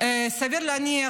סביר להניח